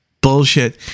bullshit